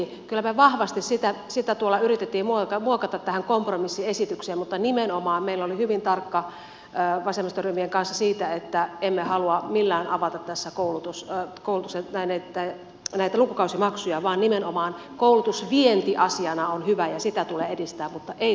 kyllä me vahvasti sitä tuolla yritimme muokata tähän kompromissiesitykseen mutta nimenomaan me olimme hyvin tarkkoja vasemmistoryhmien kanssa siitä että emme halua millään avata tässä näitä koulutuksen lukukausimaksuja vaan nimenomaan koulutusvienti asiana on hyvä ja sitä tulee edistää mutta ei lukukausimaksujen kautta